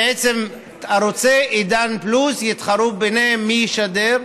בעצם ערוצי עידן פלוס יתחרו ביניהם מי ישדר.